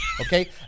Okay